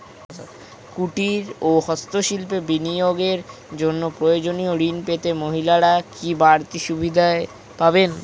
কুটীর ও হস্ত শিল্পে বিনিয়োগের জন্য প্রয়োজনীয় ঋণ পেতে মহিলারা কি বাড়তি সুবিধে পাবেন?